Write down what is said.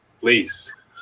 Please